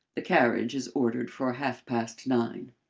the carriage is ordered for half-past nine.